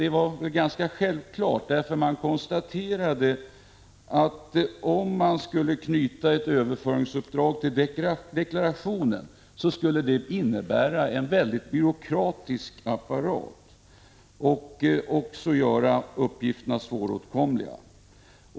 Det var ganska självklart, för man konstaterade att om man skulle knyta ett överföringsuppdrag till deklarationen, skulle det bli en väldigt byråkratisk apparat och också göra uppgifterna svåråtkomliga.